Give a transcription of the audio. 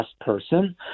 person